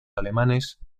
alemanes